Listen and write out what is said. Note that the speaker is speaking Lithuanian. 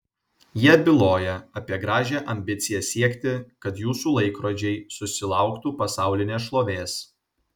jie byloja apie gražią ambiciją siekti kad jūsų laikrodžiai susilauktų pasaulinės šlovės